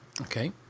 Okay